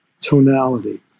tonality